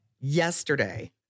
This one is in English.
yesterday